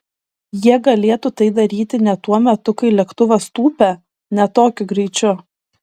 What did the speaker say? jie galėtų tai daryti ne tuo metu kai lėktuvas tūpia ne tokiu greičiu